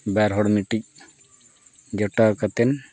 ᱵᱟᱨ ᱦᱚᱲ ᱢᱤᱫᱴᱤᱡ ᱡᱚᱴᱟᱣ ᱠᱟᱛᱮᱫ